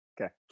Okay